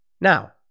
Now